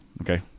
okay